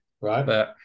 right